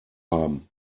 haben